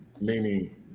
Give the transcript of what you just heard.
meaning